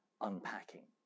unpacking